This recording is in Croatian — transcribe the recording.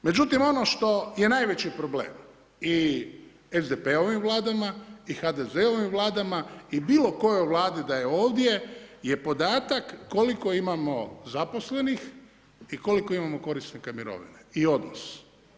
Međutim, ono što je najveći problem i SDP-ovim vladama i HDZ-ovim vladama i bilo kojoj vladi da je ovdje, je podatak koliko imamo zaposlenih i koliko imamo korisnika mirovina i odnos.